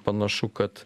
panašu kad